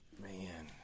Man